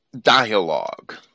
dialogue